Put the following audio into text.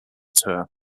tour